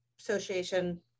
Association